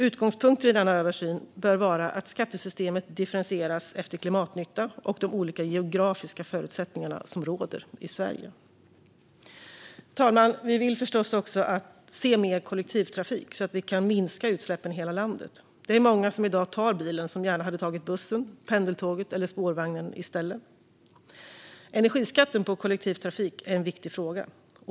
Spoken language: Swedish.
Utgångspunkter i denna översyn bör vara att skattesystemet differentieras efter klimatnytta och de olika geografiska förutsättningar som råder i Sverige. Fru talman! Vi vill förstås också se mer kollektivtrafik så att vi kan minska utsläppen i hela landet. Det är många som i dag tar bilen men som gärna hade tagit bussen, pendeltåget eller spårvagnen i stället. Energiskatten på kollektivtrafik är en viktig fråga.